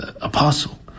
apostle